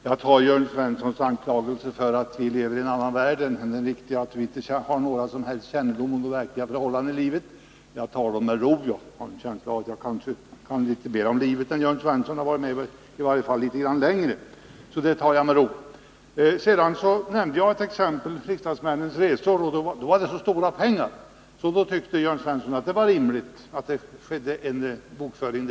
Herr talman! Jörn Svenssons anklagelse för att vi lever i en annan värld än den riktiga och inte har någon som helst kännedom om de verkliga förhållandena i livet tar jag med ro. Jag har en känsla av att jag kanske kan litet mer om livet än Jörn Svensson — jag har i varje fall varit med litet grand längre. Jag tog exemplet med riksdagsmännens resor. Men då var det fråga om så stora pengar att Jörn Svensson tyckte att det var rimligt med bokföring.